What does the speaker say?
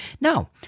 Now